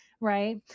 Right